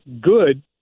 good